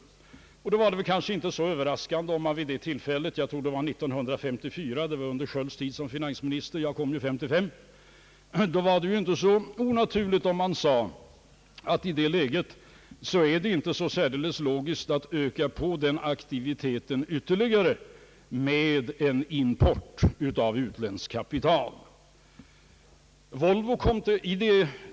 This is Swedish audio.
Då var det kanske inte så onaturligt om vi vid det tillfället — jag tror det var år 1954 under herr Skölds tid som finansminister; jag kom ju år 1955 — sade oss att det i rådande läge inte var så särdeles logiskt att öka på den här aktiviteten ytterligare genom en import av utländskt kapital.